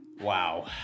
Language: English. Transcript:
Wow